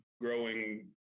growing